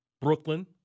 Brooklyn